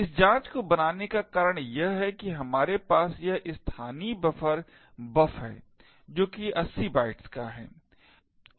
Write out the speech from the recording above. इस जांच को बनाने का कारण यह है कि हमारे पास यह स्थानीय बफर buf है जो कि 80 बाइट्स का है